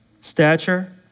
stature